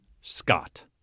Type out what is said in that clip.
Scott